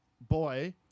Boy